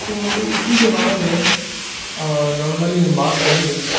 تو اسی کے بارے میں اور نارملی ہم بات کریں گے